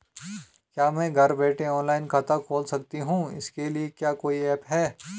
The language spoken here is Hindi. क्या मैं घर बैठे ऑनलाइन खाता खोल सकती हूँ इसके लिए कोई ऐप है?